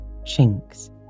chinks